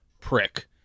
prick